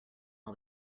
all